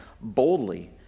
boldly